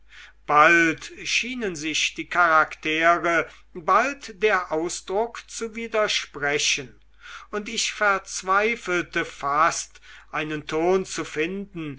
bald schienen sich die charaktere bald der ausdruck zu widersprechen und ich verzweifelte fast einen ton zu finden